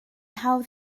hawdd